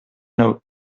note